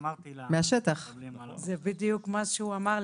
זה בדיוק מה שהוא אמר.